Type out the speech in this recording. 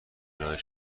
ارائه